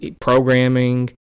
programming